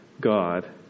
God